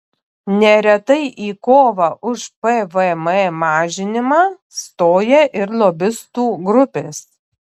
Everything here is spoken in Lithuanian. neretai į kovą už pvm mažinimą stoja ir lobistų grupės